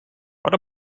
what